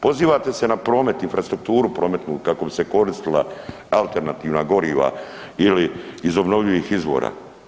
Pozivate se na promet, infrastrukturu prometnu kako bi se koristila alternativna goriva ili iz obnovljivih izvora.